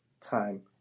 time